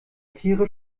tiere